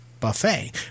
buffet